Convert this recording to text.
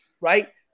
right